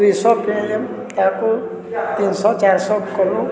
ଦୁଇ ଶହ କିଣିିଲେ ତାକୁ ତିନି ଶହ ଚାରି ଶହ କରୁ